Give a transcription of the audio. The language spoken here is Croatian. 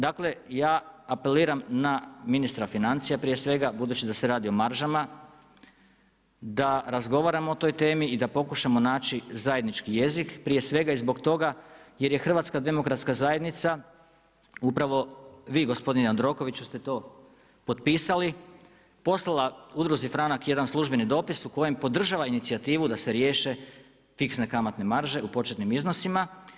Dakle, ja apeliram na ministra financija, prije svega, budući da se radi o maržama, da razgovaramo o toj temi i da pokušavamo naći zajednički jezik, prije svega i zbog toga, jer je HDZ upravo vi gospodine Jandrokoviću ste to potpisali, poslala udruzi franak jedan službeni dopis u kojem podržava inicijativu da se riješe fikse kamatne marže u početnim iznosima.